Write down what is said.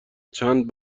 چند